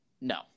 no